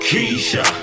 Keisha